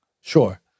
sure